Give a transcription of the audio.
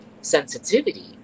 sensitivity